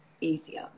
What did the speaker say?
easier